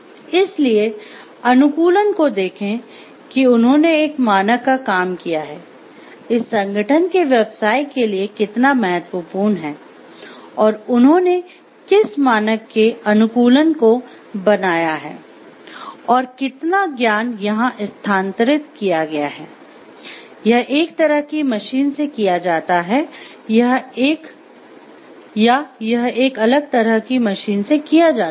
इसलिए अनुकूलन को देखें कि उन्होंने एक मानक का काम किया है इस संगठन के व्यवसाय के लिए यह कितना महत्वपूर्ण है और उन्होंने किस मानक के अनुकूलन को बनाया है और कितना ज्ञान यहाँ स्थानांतरित किया गया है यह एक तरह की मशीन से किया जाता है या यह एक अलग तरह की मशीन से किया जाता है